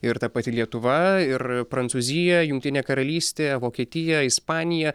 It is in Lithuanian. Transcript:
ir ta pati lietuva ir prancūzija jungtinė karalystė vokietija ispanija